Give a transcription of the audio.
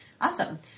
Awesome